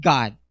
God